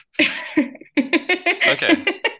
Okay